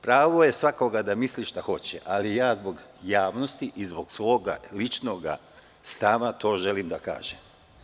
Pravo je da misli šta hoće, ali ja zbog javnosti i zbog svog ličnog stava to želim da kažem.